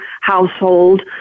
household